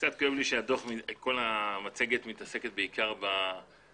קצת כואב לי שכל המצגת מתעסקת בעיקר בפן